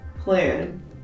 Plan